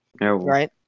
Right